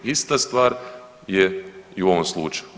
Ista stvar je i u ovom slučaju.